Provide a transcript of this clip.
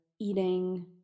eating